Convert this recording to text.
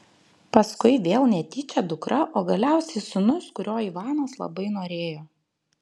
paskui vėl netyčia dukra o galiausiai sūnus kurio ivanas labai norėjo